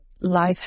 life